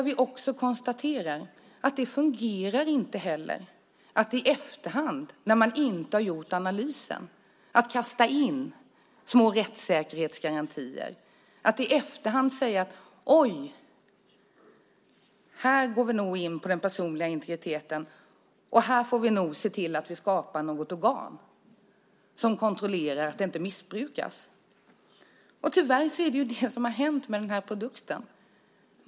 Vi konstaterar också att det inte fungerar att i efterhand, när man inte har gjort analysen, kasta in små rättssäkerhetsgarantier och att i efterhand säga: Oj, här går vi nog in på den personliga integriteten, och här får vi nog se till att vi skapar något organ som kontrollerar att detta inte missbrukas. Tyvärr är det detta som har hänt med denna produkt.